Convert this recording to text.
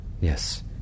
Yes